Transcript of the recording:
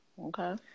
Okay